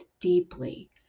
deeply